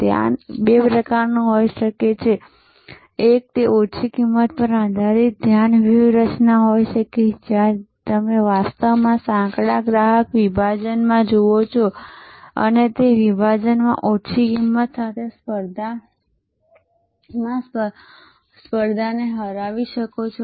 ધ્યાન બે પ્રકારનું હોઈ શકે છે એક તે ઓછી કિંમત પર આધારિત ધ્યાન વ્યૂહરચના હોઈ શકે છે જ્યાં તમે વાસ્તવમાં સાંકડા ગ્રાહક વિભાજનમાં જુઓ છો અને તે વિભાજનમાં તમે ઓછી કિંમત સાથે સ્પર્ધાને હરાવી શકો છો